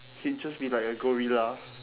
he'd just be like a gorilla